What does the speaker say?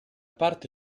parte